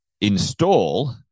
install